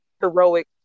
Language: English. heroic